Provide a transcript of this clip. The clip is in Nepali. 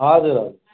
हजुर हजुर